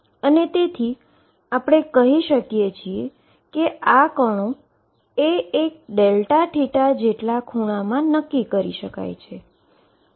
અને તેથી આપણે કહી શકીએ કે આ પાર્ટીકલ એ એક Δθ જેટલા એન્ગલમાં નક્કી કરી શકાય છે